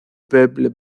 peuples